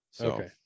Okay